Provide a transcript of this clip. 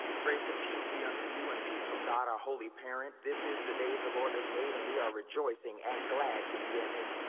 grace and peace be unto you and peace from god our holy parent. this is the day the lord has made and we are rejoicing and glad to be in it.